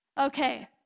Okay